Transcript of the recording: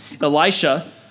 Elisha